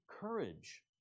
courage